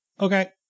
Okay